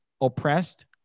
oppressed